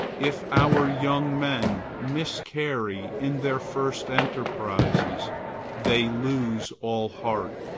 if our young men miscarry in their first enterprises they lose all heart.